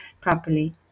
properly